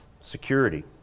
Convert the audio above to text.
Security